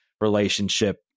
relationship